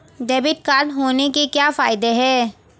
Debit card होने के क्या फायदे हैं?